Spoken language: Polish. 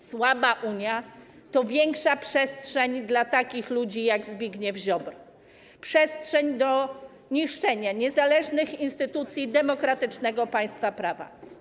Słaba Unia to większa przestrzeń dla takich ludzi jak Zbigniew Ziobro, przestrzeń do niszczenia niezależnych instytucji demokratycznego państwa prawa.